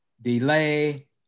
delay